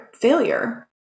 failure